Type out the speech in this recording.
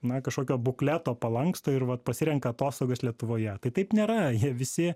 na kažkokio bukleto palanksto ir vat pasirenka atostogas lietuvoje tai taip nėra jie visi